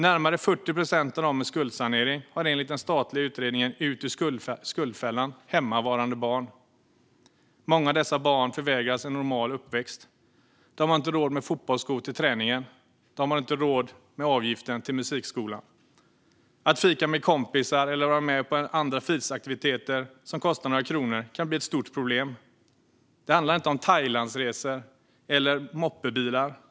Närmare 40 procent av dem med skuldsanering har enligt den statliga utredningen Ut ur skuldfällan hemmavarande barn. Många av dessa barn förvägras en normal uppväxt. De har inte råd med fotbollsskor till träningen. De har inte råd med avgiften till musikskolan. Att fika med kompisar eller vara med på andra fritidsaktiviteter som kostar några kronor kan bli ett stort problem. Det handlar inte om Thailandsresor eller moppebilar.